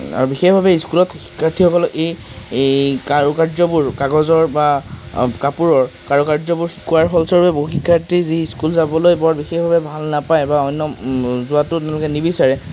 আৰু বিশেষভাৱে স্কুলত শিক্ষাৰ্থীসকলে এই এই কাৰুকাৰ্যবোৰ কাগজৰ বা কাপোৰৰ কাৰুকাৰ্যবোৰ শিকোৱাৰ ফলস্বৰূপে বহুতো শিক্ষাৰ্থী যি স্কুল যাবলৈ বৰ বিশেষভাৱে ভাল নাপায় বা অন্য যোৱাতো তেনেকে নিবিচাৰে